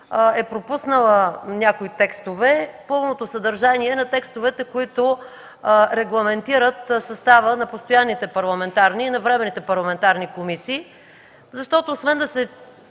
е пропуснала някои текстове, на пълното съдържание на текстовете, които регламентират състава на постоянните и временните парламентарни комисии, защото, освен да се